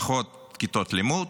פחות כיתות לימוד,